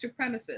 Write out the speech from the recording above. supremacists